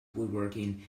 woodworking